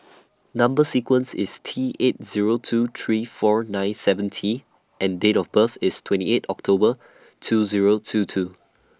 Number sequence IS T eight Zero two three four nine seven T and Date of birth IS twenty eighth October two Zero two two